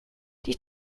die